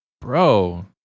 Bro